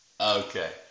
okay